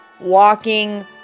walking